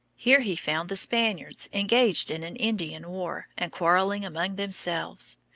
here he found the spaniards engaged in an indian war, and quarreling among themselves.